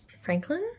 Franklin